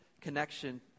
connection